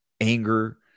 anger